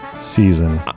season